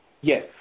Yes